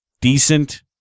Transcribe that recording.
decent